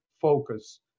focus